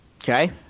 Okay